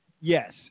Yes